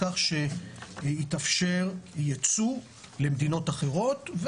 כך שיתאפשר יצוא למדינות אחרות,